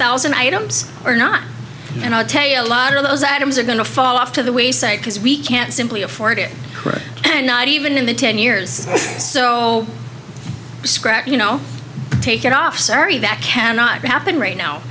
thousand items or not and i'll tell you a lot of those atoms are going to fall off to the wayside because we can't simply afford it and not even in the ten years or so you know take it off sorry that cannot happen right now